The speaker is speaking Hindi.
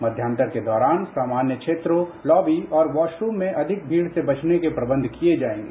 मध्यान्तर के दौरान सामान्य क्षेत्रों लॉबी और वॉरारूम में अधिक भीड़ से बचने के प्रबंध किए जाएंगे